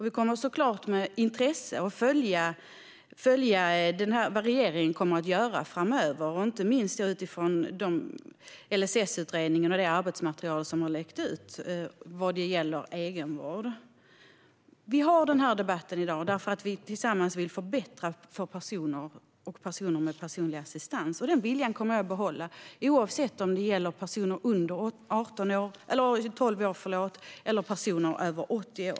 Vi kommer såklart med intresse att följa vad regeringen gör framöver, inte minst utifrån LSS-utredningen och det arbetsmaterial som har läckt ut när det gäller egenvård. Vi har denna debatt i dag därför att vi tillsammans vill förbättra för personer med personlig assistans. Den viljan kommer jag att behålla oavsett om det gäller personer under 12 år eller personer över 80 år.